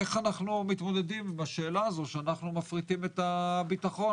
איך אנחנו מתמודדים עם השאלה הזאת שאנחנו מפריטים את הביטחון?